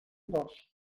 dos